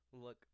Look